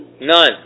None